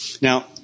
Now